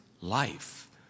life